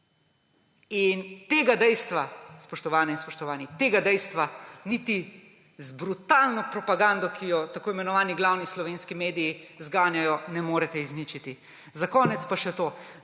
In tega dejstva, spoštovane in spoštovani, tega dejstva niti z brutalno propagando, ki jo tako imenovani glavni slovenski mediji zganjajo, ne morete izničiti. Za konec pa še to.